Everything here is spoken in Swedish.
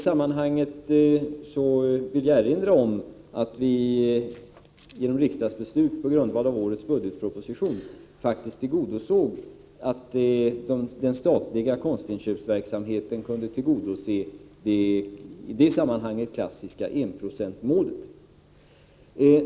Jag vill då erinra om att vi genom riksdagsbeslut på grundval av årets budgetproposition faktiskt möjliggjort att den statliga konstinköpsverksamheten kan tillgodose det i detta sammanhang klassiska enprocentsmålet.